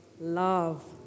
love